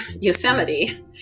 Yosemite